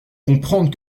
comprendre